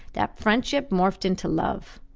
that friendship morphed into love.